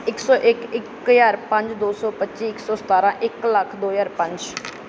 ਇੱਕ ਸੌ ਇੱਕ ਇੱਕ ਹਜ਼ਾਰ ਪੰਜ ਦੋ ਸੌ ਪੱਚੀ ਇੱਕ ਸੌ ਸਤਾਰਾਂ ਇੱਕ ਲੱਖ ਦੋ ਹਜ਼ਾਰ ਪੰਜ